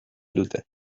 dute